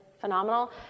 phenomenal